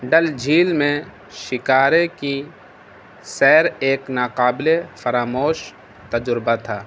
ڈل جھیل میں شکارے کی سیر ایک ناقابلے فراموش تجربہ تھا